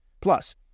Plus